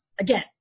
Again